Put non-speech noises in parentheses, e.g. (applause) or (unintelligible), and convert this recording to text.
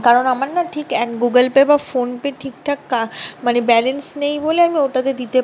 কারণ আমার না ঠিক (unintelligible) গুগল পে বা ফোনপে ঠিকঠাক (unintelligible) মানে ব্যালেন্স নেই বলে আমি ওটাতে দিতে